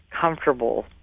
comfortable